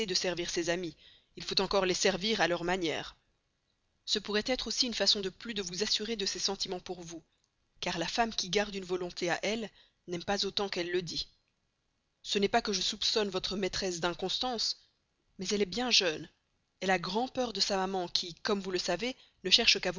de servir ses amis il faut encore les servir à leur manière ce pourrait être aussi une façon de plus de vous assurer de ses sentiments pour vous car la femme qui garde une volonté à elle n'aime pas autant qu'elle le dit ce n'est pas que je soupçonne votre maîtresse d'inconstance mais elle est bien jeune elle a grand'peur de sa maman qui comme vous le savez ne cherche